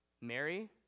Mary